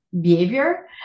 Behavior